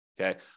Okay